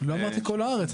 לא אמרתי כל הארץ,